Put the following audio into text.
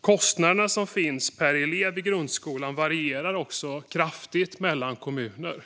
Kostnaderna per elev i grundskolan varierar också kraftigt mellan kommuner.